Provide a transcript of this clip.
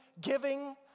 giving